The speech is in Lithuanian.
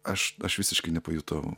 aš aš visiškai nepajutau